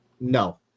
No